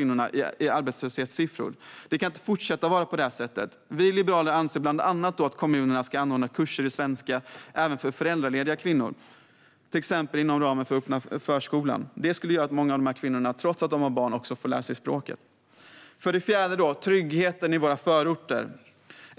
undan i arbetslöshetssiffror. Det kan inte fortsätta att vara på det här sättet. Vi liberaler anser bland annat att kommunerna ska ordna kurser i svenska även för föräldralediga kvinnor, till exempel inom ramen för öppna förskolan. Det skulle göra att många av de här kvinnorna får lära sig språket trots att de har barn. För det fjärde handlar det om tryggheten i våra förorter.